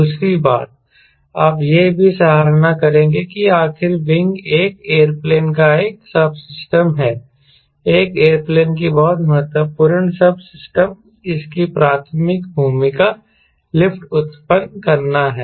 दूसरी बात आप यह भी सराहना करेंगे कि आखिर विंग एक एयरप्लेन का एक सब सिस्टम है एक एयरप्लेन की बहुत महत्वपूर्ण सब सिस्टम इसकी प्राथमिक भूमिका लिफ्ट उत्पन्न करना है